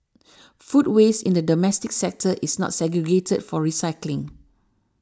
food waste in the domestic sector is not segregated for recycling